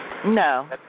No